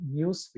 newsfeed